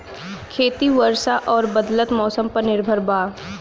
खेती वर्षा और बदलत मौसम पर निर्भर बा